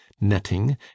netting